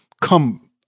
come